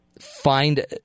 find